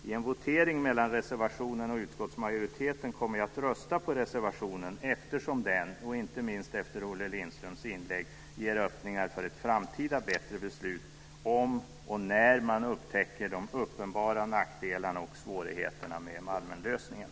I en votering mellan reservationen och utskottsmajoritetens förslag kommer jag att rösta för reservationen eftersom den, inte minst efter Olle Lindströms inlägg, ger öppningar för ett framtida bättre beslut om och när man upptäcker de uppenbara nackdelarna och svårigheterna med Malmenlösningen.